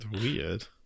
Weird